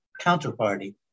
counterparty